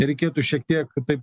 reikėtų šiek tiek taip